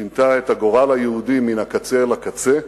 שינתה את הגורל היהודי מן הקצה אל הקצה,